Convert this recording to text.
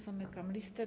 Zamykam listę.